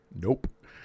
nope